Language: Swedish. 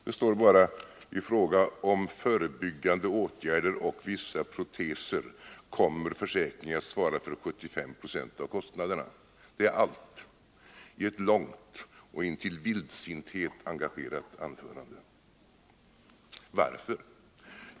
Det står bara: I fråga om förebyggande åtgärder och vissa proteser kommer försäkringen att svara för 75 96 av kostnaderna. — Det är allt i ett långt och intill vildsinthet engagerat anförande. Varför?